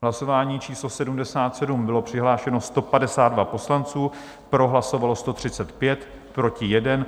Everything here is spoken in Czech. V hlasování číslo 77 bylo přihlášeno 152 poslanců, pro hlasovalo 135, proti 1.